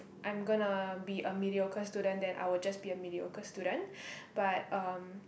I'm gonna be a mediocre student then I will just be a mediocre student but um